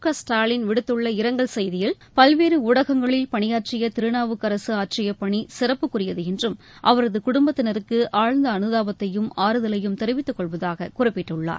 கஸ்டாலின் விடுத்துள்ள இரங்கல் செய்தியில் பல்வேறு ஊடகங்களில் பணியாற்றிய திருநாவுக்கரசு ஆற்றிய பணி சிறப்புக்குரியது என்றும் அவரது குடும்பத்தினருக்கு ஆழ்ந்த அனுதாபத்தையும் ஆறுதலையும் தெரிவித்துக்கொள்வதாக குறிப்பிட்டுள்ளார்